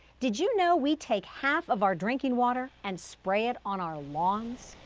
did you know we take half of our drinking water and spray it on our lawns?